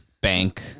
bank